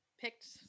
picked